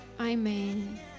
Amen